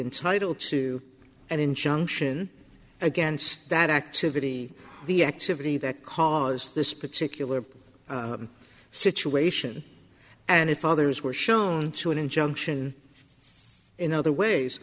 entitled to an injunction against that activity the activity that caused this particular situation and if others were shown to an injunction in other ways